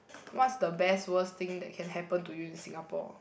what's the best worst thing that can happen to you in Singapore